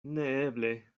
neeble